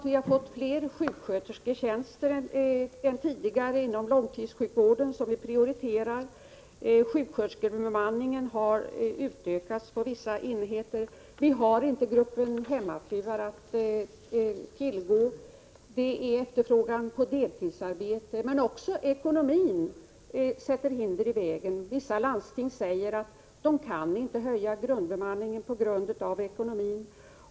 Vi har fått flera sjukskötersketjänster än tidigare inom långtidssjukvården, som vi prioriterar, sjuksköterskebemanningen har utökats på vissa enheter, vi har inte gruppen hemmafruar att tillgå. Efterfrågan på deltidsarbete spelar in, men också ekonomin lägger hinder i vägen. Vissa landsting säger att de kan inte höja grundbemanningen, beroende på ekonomin.